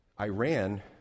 Iran